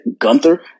Gunther